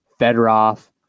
Fedorov